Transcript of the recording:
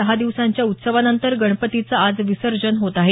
दहा दिवसांच्या उत्सवानंतर गणपतीचं आज विसर्जन होत आहे